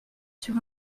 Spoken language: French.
sur